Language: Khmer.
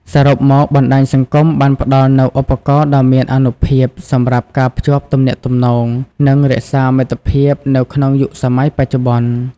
សរុបមក បណ្ដាញសង្គមបានផ្តល់នូវឧបករណ៍ដ៏មានអានុភាពសម្រាប់ការភ្ជាប់ទំនាក់ទំនង និងរក្សាមិត្តភាពនៅក្នុងយុគសម័យបច្ចុប្បន្ន។